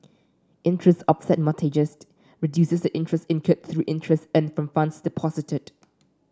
interest offset mortgages reduces interest incurred through interest earned from funds deposited